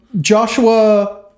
Joshua